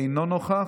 אינו נוכח,